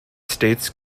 states